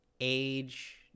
age